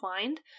find